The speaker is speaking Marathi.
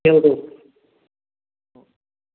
ठेवतो हो